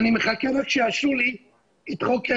ואני מחכה רק שיאשרו לי את החוק.